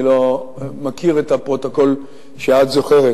אני לא מכיר את הפרוטוקול שאת זוכרת,